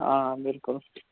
آ بِلکُل